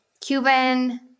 Cuban